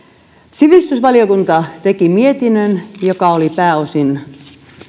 sivistysvaliokunta teki mietinnön joka oli pääosin